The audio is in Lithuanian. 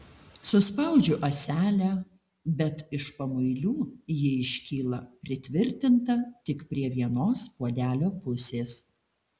suspaudžiu ąselę bet iš pamuilių ji iškyla pritvirtinta tik prie vienos puodelio pusės